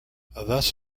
thus